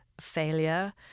failure